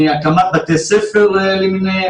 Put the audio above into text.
הקמת בתי ספר למיניהם,